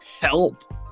Help